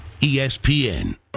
ESPN